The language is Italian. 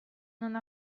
non